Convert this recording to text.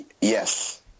Yes